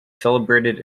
celebrated